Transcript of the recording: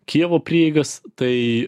kijevo prieigas tai